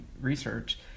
research